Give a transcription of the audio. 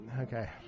Okay